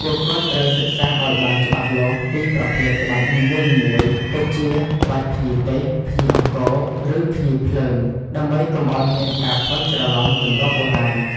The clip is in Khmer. ពួកគាត់ត្រូវសិក្សាឱ្យបានច្បាស់លាស់ពីប្រភេទក្បាច់នីមួយៗ ដូចជាក្បាច់ភ្ញីទេស ភ្ញីអង្គរ ឬភ្ញីភ្លើង ដើម្បីកុំឱ្យមានការភាន់ច្រឡំទម្រង់បុរាណ។